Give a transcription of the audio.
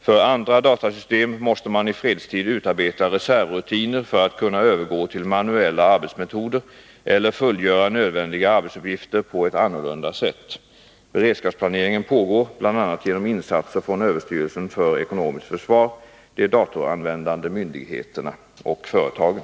För andra datasystem måste man i fredstid utarbeta reservrutiner för att kunna övergå till manuella arbetsmetoder eller fullgöra nödvändiga arbetsuppgifter på ett annorlunda sätt. Beredskapsplaneringen pågår, bl.a. genom insatser från överstyrelsen för ekonomiskt försvar , de datoranvändande myndigheterna och företagen.